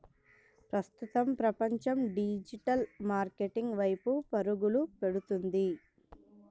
ప్రస్తుతం ప్రపంచం digital marketing వైపు పరుగులు పెడుతుంది